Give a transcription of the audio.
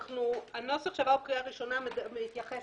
הנוסח שעבר בקריאה הראשונה מתייחס